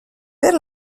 per